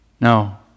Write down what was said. No